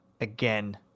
again